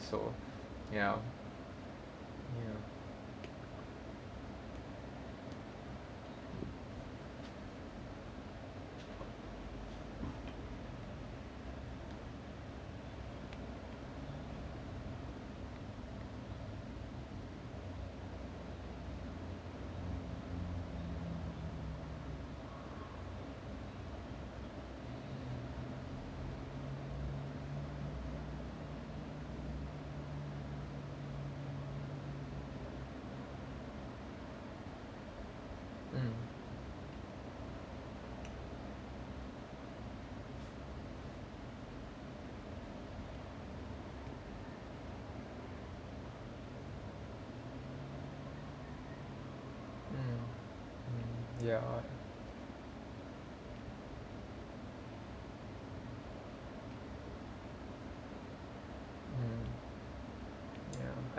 so ya ya mm mm mm ya mm ya